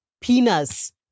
penis